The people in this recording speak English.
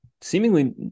seemingly